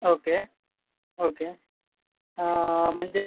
okay okay म्हणजे